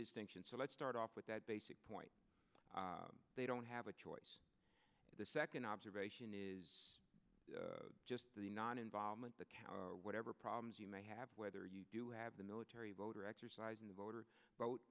distinction so let's start off with that basic point they don't have a choice the second observation is just the noninvolvement the count or whatever problems you may have whether you do have the military vote or exercise in vote or vote